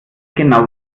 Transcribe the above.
genau